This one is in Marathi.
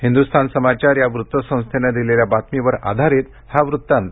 हिंद्स्थान समाचार या वृत्तसंस्थेनं दिलेल्या बातमीवर आधारित हा वृत्तांत